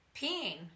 peeing